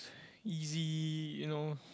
easy you know